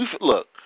Look